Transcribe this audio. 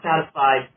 satisfied